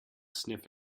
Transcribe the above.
sniff